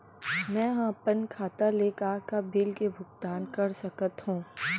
मैं ह अपन खाता ले का का बिल के भुगतान कर सकत हो